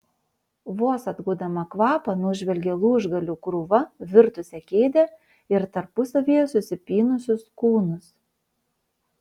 vos atgaudama kvapą nužvelgė lūžgalių krūva virtusią kėdę ir tarpusavyje susipynusius kūnus